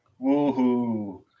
woohoo